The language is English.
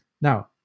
Now